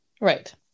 Right